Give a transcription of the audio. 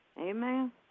Amen